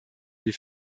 wie